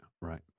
Right